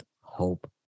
hope